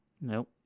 Nope